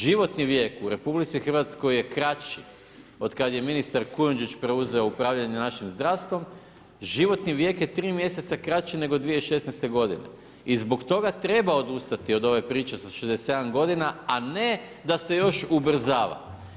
Životni vijek u RH je kraći od kad je ministar Kujundžić preuzeo upravljanje našim zdravstvom, životni vijek je 3 mj. kraći nego 2016. g. i zbog toga treba odustati od ove priče sa 67 g. a ne da se još ubrzava.